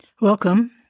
Welcome